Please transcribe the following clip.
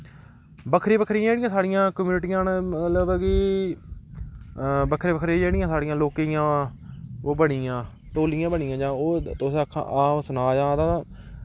बक्खरियां बक्खरियां जेह्ड़ियां साढ़ियां कम्यूनिटियां न मतलब कि बक्खरियां बक्खरियां जेह्ड़ियां साढ़ियां लोकें दियां ओह् बनी दियां टोलियां बनी दियां जां ओह् तुस आक्खो सनाया तां